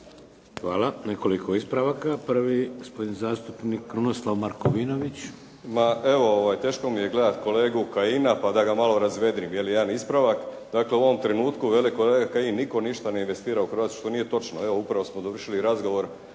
Hvala. Nekoliko ispravaka. Prvi gospodin zastupnik Krunoslav Markovinović. **Markovinović, Krunoslav (HDZ)** Ma evo teško mi je gledati kolegu Kajina, pa da ga malo razvedrim. Jedan ispravak. Dakle u ovom trenutku veli kolega Kajin da nitko ništa ne investira u Hrvatsku, što nije točno. Evo upravo smo dovršili razgovor